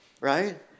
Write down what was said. right